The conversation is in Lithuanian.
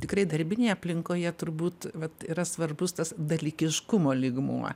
tikrai darbinėje aplinkoje turbūt vat yra svarbus tas dalykiškumo lygmuo